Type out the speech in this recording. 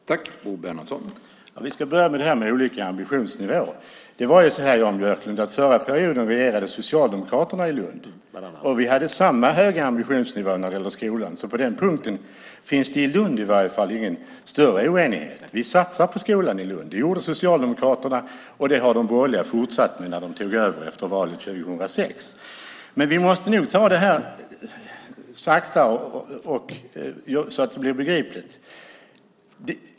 Herr talman! Låt oss börja med de olika ambitionsnivåerna. Under den förra perioden regerade Socialdemokraterna i Lund, Jan Björklund. Vi hade samma höga ambitionsnivå när det gällde skolan. På den punkten finns det ingen större oenighet i Lund i alla fall. Vi satsade på skolan i Lund. Det gjorde Socialdemokraterna, och det har de borgerliga fortsatt med när de tog över efter valet 2006. Vi måste nog ta detta sakta så att det blir begripligt.